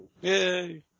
Yay